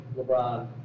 LeBron